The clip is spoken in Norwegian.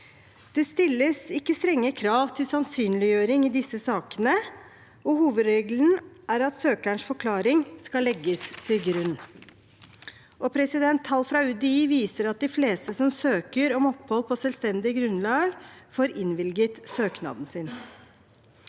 Det stilles ikke strenge krav til sannsynliggjøring i disse sakene, og hovedregelen er at søkerens forklaring skal legges til grunn. Tall fra UDI viser at de fleste som søker om opphold på selvstendig grunnlag, får innvilget søknaden sin.